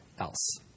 else